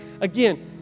Again